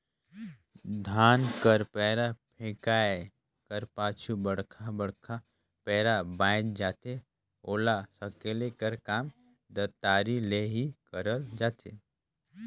धान कर पैरा फेकाए कर पाछू बड़खा बड़खा पैरा बाएच जाथे ओला सकेले कर काम दँतारी ले ही करल जाथे